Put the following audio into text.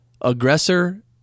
aggressor